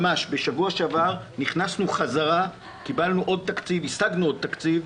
ובשבוע שעבר ממש נכנסנו חזרה והשגנו עוד תקציב,